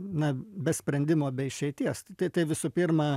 na be sprendimo be išeities tai tai visų pirma